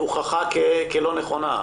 הוכחה כלא נכונה.